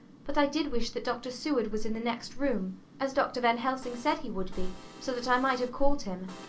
but i did wish that dr. seward was in the next room as dr. van helsing said he would be so that i might have called him.